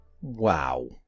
Wow